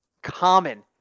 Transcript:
common